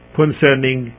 concerning